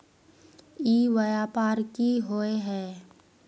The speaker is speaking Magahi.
ई व्यापार की होय है?